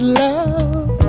love